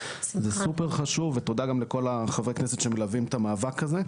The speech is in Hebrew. זה סופר חשוב ותודה גם לכל חברי הכנסת שמלווים את המאבק הזה.